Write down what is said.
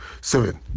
seven